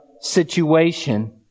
situation